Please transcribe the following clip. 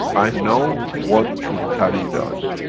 i know one should carry the other.